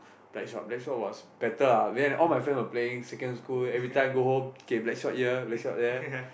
blackshot blackshot was better ah because all my friend were playing second school every time go home okay blackshot here blackshot there